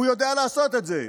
הוא יודע לעשות את זה.